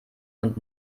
und